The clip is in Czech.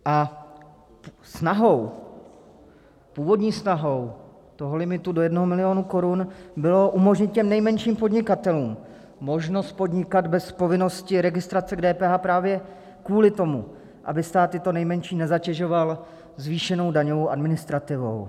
A snahou, původní snahou toho limitu do 1 mil. Kč bylo umožnit těm nejmenším podnikatelům možnost podnikat bez povinnosti registrace k DPH právě kvůli tomu, aby stát tyto nejmenší nezatěžoval zvýšenou daňovou administrativou.